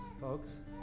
folks